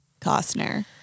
Costner